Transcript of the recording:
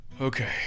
Okay